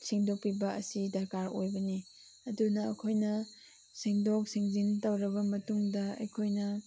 ꯁꯦꯡꯗꯣꯛꯄꯤꯕ ꯑꯁꯤ ꯗꯔꯀꯥꯔ ꯑꯣꯏꯕꯅꯤ ꯑꯗꯨꯅ ꯑꯩꯈꯣꯏꯅ ꯁꯦꯡꯗꯣꯛ ꯁꯦꯡꯖꯤꯟ ꯇꯧꯔꯕ ꯃꯇꯨꯡꯗ ꯑꯩꯈꯣꯏꯅ